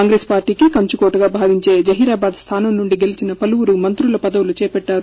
కాంగ్రెస్ పార్టీకి కంచుకోటగా భావించే జహీరాబాద్ స్థానం నుండి గెలిచిన పలువురు మంత్రుల పదవులు చేపట్టారు